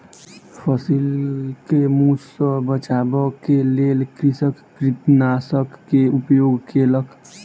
फसिल के मूस सॅ बचाबअ के लेल कृषक कृंतकनाशक के उपयोग केलक